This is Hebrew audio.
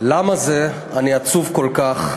למה זה אני עצוב כל כך,